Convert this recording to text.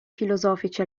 filosofici